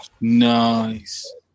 Nice